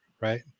right